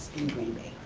in green bay.